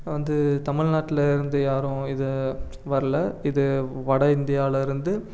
வந்து தமிழ்நாட்டில் இருந்து யாரும் இது வரல இது வட இந்தியாவில் இருந்து